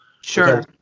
Sure